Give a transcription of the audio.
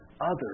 others